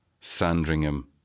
Sandringham